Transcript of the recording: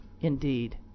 Indeed